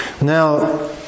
Now